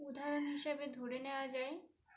উদাহরণ হিসাবে ধরে নেওয়া যায়